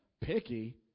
picky